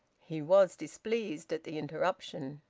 he was displeased at the interruption.